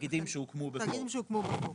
שהוקמו בחוק.